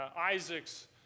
Isaac's